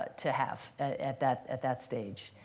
ah to have at that at that stage.